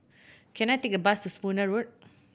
can I take a bus to Spooner Road